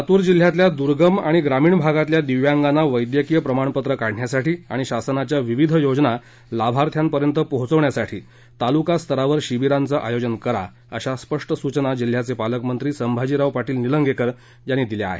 लातूर जिल्ह्यातील दर्गम आणि ग्रामीण भागातील दिव्यांगांना वैद्यकीय प्रमाणपत्र काढण्यासाठी आणि शासनाच्या विविध योजना लाभार्थ्यापर्यंत पोहोचविण्यासाठी तालुका स्तरावर शिबीरांचं आयोजन करा अशा स्पष्ट सूचना जिलह्याचे पालकमंत्री संभाजीराव पाटील निलंगेकर यांनी दिल्या आहेत